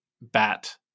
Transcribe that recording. bat